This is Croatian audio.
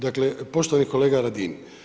Dakle, poštovani kolega Radin.